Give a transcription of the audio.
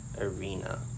arena